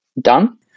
done